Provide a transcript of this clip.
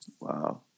Wow